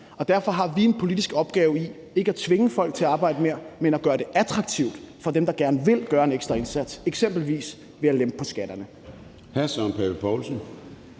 og derfor har vi en politisk opgave i ikke at tvinge folk til at arbejde mere, men at gøre det attraktivt for dem, der gerne vil gøre en ekstra indsats, eksempelvis ved at lempe på skatterne.